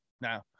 Now